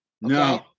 No